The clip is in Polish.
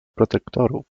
protektorów